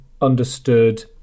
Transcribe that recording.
understood